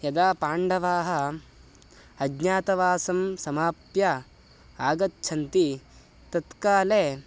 यदा पाण्डवाः अज्ञातवासं समाप्य आगच्छन्ति तत्काले